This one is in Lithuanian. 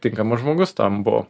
tinkamas žmogus tam buvau